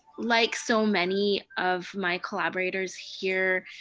like so many of my collaborators here,